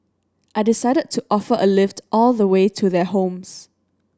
I decided to offer a lift all the way to their homes